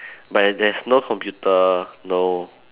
but if there's no computer no